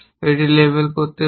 এটি লেবেল করতে পারে